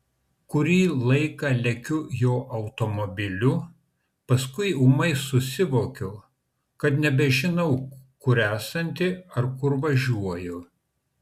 kurį laiką lekiu jo automobiliu paskui ūmai susivokiu kad nebežinau kur esanti ar kur važiuoju